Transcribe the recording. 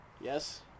Yes